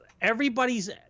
Everybody's